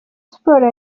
sports